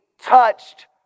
touched